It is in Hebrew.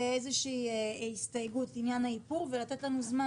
כאיזו שהיא הסתייגות לעניין האיפור ולתת לנו זמן